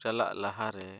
ᱪᱟᱞᱟᱜ ᱞᱟᱦᱟ ᱨᱮ